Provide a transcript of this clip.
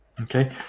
Okay